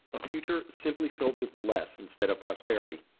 a future simply filled with less instead of prosperity,